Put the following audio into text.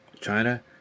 China